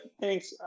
thanks